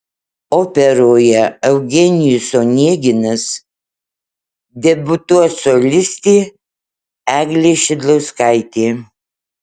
operoje eugenijus oneginas debiutuos solistė eglė šidlauskaitė